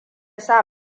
sa